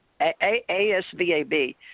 asvab